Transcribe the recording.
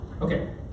Okay